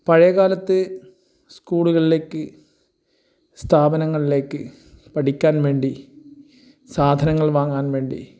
പഴയ കാലത്ത് സ്കൂളുകളിലേക്ക് സ്ഥാപനങ്ങളിലേക്ക് പഠിക്കാൻ വേണ്ടി സാധനങ്ങൾ വാങ്ങാൻ വേണ്ടി